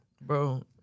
bro